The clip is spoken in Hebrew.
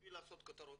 בשביל לעשות כותרות.